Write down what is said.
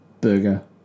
burger